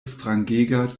strangega